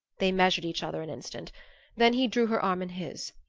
they measured each other an instant then he drew her arm in his.